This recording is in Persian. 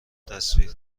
تصویر